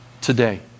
Today